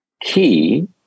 key